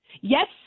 Yes